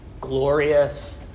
glorious